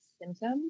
symptom